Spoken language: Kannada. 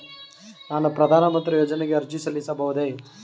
ನಾನು ಪ್ರಧಾನ ಮಂತ್ರಿ ಯೋಜನೆಗೆ ಅರ್ಜಿ ಸಲ್ಲಿಸಬಹುದೇ?